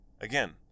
again